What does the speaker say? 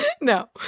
no